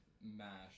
mash